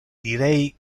direi